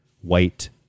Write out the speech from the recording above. white